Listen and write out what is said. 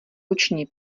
ručně